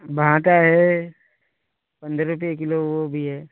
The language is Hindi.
भांटा है पंद्रह रुपये किलो वो भी है